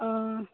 অঁ